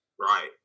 right